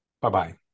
Bye-bye